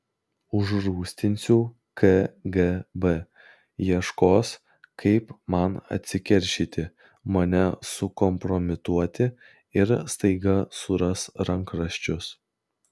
užrūstinsiu kgb ieškos kaip man atsikeršyti mane sukompromituoti ir staiga suras rankraščius